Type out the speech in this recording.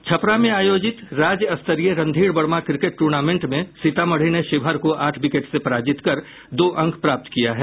छपरा में आयोजित राज्य स्तरीय रणधीर वर्मा क्रिकेट टूर्नामेंट में सीतामढ़ी ने शिवहर को आठ विकेट से पराजित कर दो अंक प्राप्त किया है